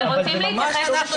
אבל זה ממש --- רוצים להתייחס לסקר?